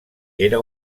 era